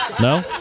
No